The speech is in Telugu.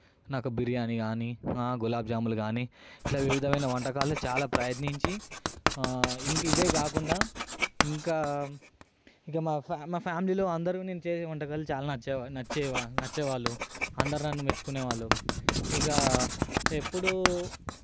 నాకు బిర్యానీ కానీ గులాబ్ జాములు కానీ ఇట్లా వివిధమైన వంటకాలు చాల ప్రయత్నించి ఇంకా ఇవే కాకుండా ఇంకా మా ఫ్యామిలీలో అందరు నేను చేసిన వంటకాలు చాలా నచ్చే నచ్చేవా నచ్చేవాళ్లు అందరు నన్ను మెచ్చుకునే వాళ్ళు ఇక ఎప్పుడు